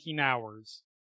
hours